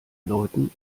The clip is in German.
leuten